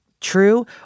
true